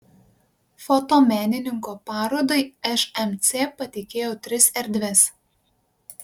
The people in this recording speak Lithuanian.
fotomenininko parodai šmc patikėjo tris erdves